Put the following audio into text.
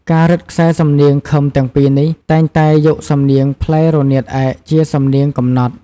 ការរឹតខ្សែសំនៀងឃឹមទាំងពីរនេះ តែងតែយកសំនៀងផ្លែរនាតឯកជាសំនៀងកំណត់។